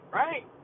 right